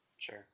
Sure